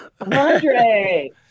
Andre